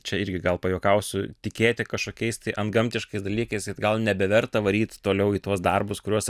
čia irgi gal pajuokausiu tikėti kažkokiais antgamtiškais dalykais gal nebeverta varyt toliau į tuos darbus kuriuos